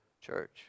church